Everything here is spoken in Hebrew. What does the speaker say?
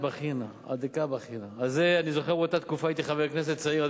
אני זוכר שבאותה תקופה הייתי חבר כנסת צעיר,